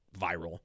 viral